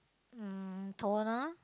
um toner